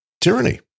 tyranny